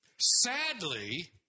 Sadly